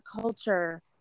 culture